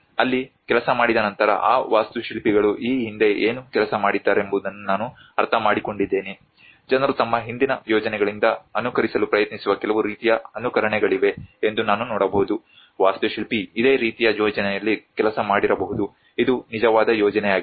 ಅಲ್ಲಿ ಕೆಲಸ ಮಾಡಿದ ನಂತರ ಆ ವಾಸ್ತುಶಿಲ್ಪಿಗಳು ಈ ಹಿಂದೆ ಏನು ಕೆಲಸ ಮಾಡಿದ್ದಾರೆಂಬುದನ್ನು ನಾನು ಅರ್ಥಮಾಡಿಕೊಂಡಿದ್ದೇನೆ ಜನರು ತಮ್ಮ ಹಿಂದಿನ ಯೋಜನೆಗಳಿಂದ ಅನುಕರಿಸಲು ಪ್ರಯತ್ನಿಸುವ ಕೆಲವು ರೀತಿಯ ಅನುಕರಣೆಗಳಿವೆ ಎಂದು ನಾನು ನೋಡಬಹುದು ವಾಸ್ತುಶಿಲ್ಪಿ ಇದೇ ರೀತಿಯ ಯೋಜನೆಯಲ್ಲಿ ಕೆಲಸ ಮಾಡಿರಬಹುದು ಅದು ನಿಜವಾದ ಯೋಜನೆಯಾಗಿದೆ